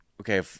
okay